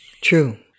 True